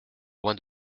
loin